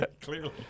Clearly